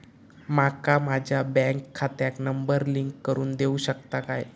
माका माझ्या बँक खात्याक नंबर लिंक करून देऊ शकता काय?